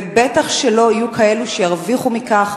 ובטח שלא יהיו כאלה שירוויחו מכך,